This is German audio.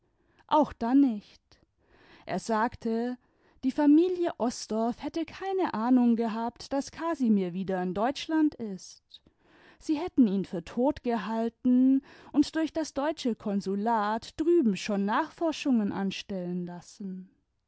auch dann nicht er sagte die familie osdorff hätte keine ahnung gehabt daß casimir wieder in deutschland ist sie hätten ihn für tot gehalten und durch das deutsche konsulat drüben schon nachforschungen anstellen lassen